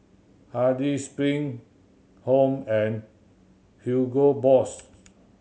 Hardy's Spring Home and Hugo Boss